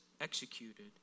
executed